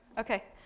okay.